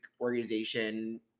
organization